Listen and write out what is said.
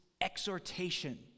exhortation